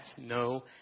No